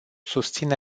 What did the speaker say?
susține